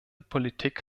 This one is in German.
politik